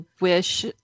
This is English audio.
wish